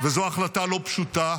זאת החלטה לא פשוטה,